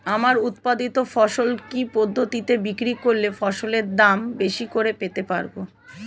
আমার উৎপাদিত ফসল কি পদ্ধতিতে বিক্রি করলে ফসলের দাম বেশি করে পেতে পারবো?